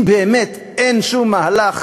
אם באמת אין שום מהלך